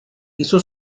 hizo